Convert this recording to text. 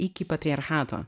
iki patriarchato